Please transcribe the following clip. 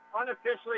unofficially